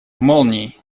молнией